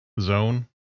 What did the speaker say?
zone